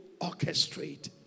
orchestrate